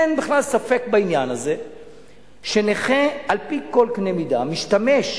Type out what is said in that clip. אין בכלל ספק בעניין הזה שנכה על-פי כל קנה מידה משתמש,